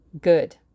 Good